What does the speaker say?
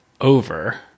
over